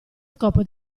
scopo